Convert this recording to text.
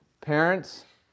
Parents